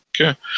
okay